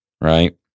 right